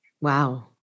Wow